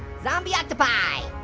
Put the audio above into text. zombie octopi.